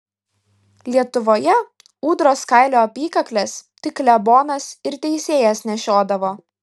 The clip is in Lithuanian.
lietuvoje ūdros kailio apykakles tik klebonas ir teisėjas nešiodavo